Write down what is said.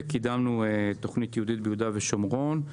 וקידמנו תוכנית ייעודית ביהודה ושומרון.